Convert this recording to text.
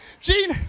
Gene